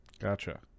Gotcha